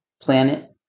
planet